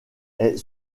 est